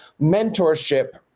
mentorship